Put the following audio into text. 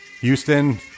Houston